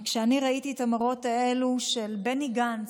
כשאני ראיתי את המראות האלה של בני גנץ,